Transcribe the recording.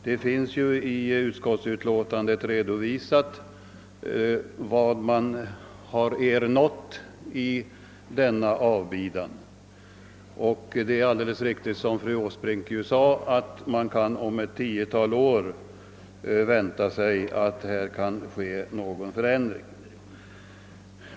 Det finns ju i utlåtandet redovisat vad man bar ernått i denna avbidan, och det är alldeles riktigt som fröken Åsbrink sade att man då om ett tiotal år kan vänta sig någon ändring.